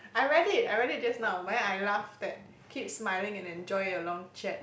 I read it I read it just now but I laugh that keep smiling and enjoy your long chat